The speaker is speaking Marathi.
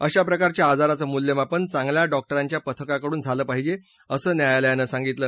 अशा प्रकारच्या आजाराचं मूल्यमापन चांगल्या डॉक्टरांच्या पथकाकडून झालं पाहिजे असं न्यायालयानं सांगितलं